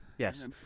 Yes